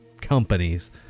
companies